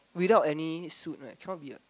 without any suit right cannot be what